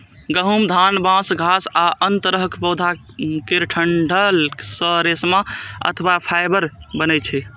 गहूम, धान, बांस, घास आ अन्य तरहक पौधा केर डंठल सं रेशा अथवा फाइबर बनै छै